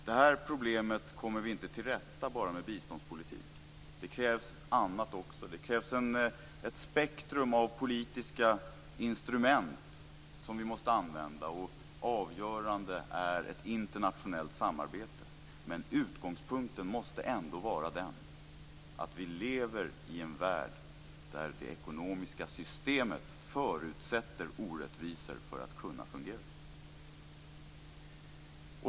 Det här problemet kommer vi inte till rätta med bara med biståndspolitik. Det krävs också annat. Det krävs ett spektrum av politiska instrument som vi måste använda. Avgörande är ett internationellt samarbete. Men utgångspunkten måste ändå vara att vi lever i en värld där det ekonomiska systemet förutsätter orättvisor för att kunna fungera.